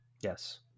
Yes